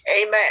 Amen